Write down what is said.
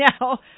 now